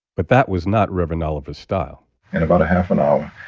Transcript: but that was not reverend oliver's style and about a half an hour,